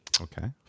Okay